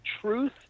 truth